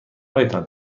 هایتان